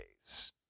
days